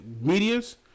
medias